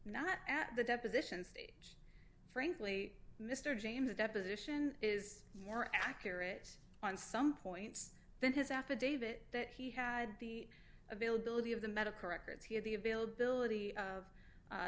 not at the deposition stage frankly mr james deposition is more accurate on some points than his affidavit that he had the availability of the medical records he had the availability of